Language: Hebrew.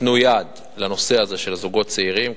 ייתנו יד לנושא הזה של זוגות צעירים,